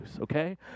okay